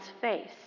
face